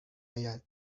آید